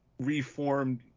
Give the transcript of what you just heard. reformed